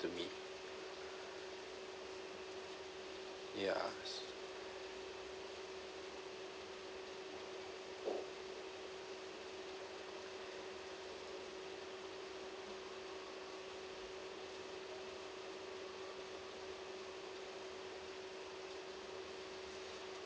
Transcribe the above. to me ya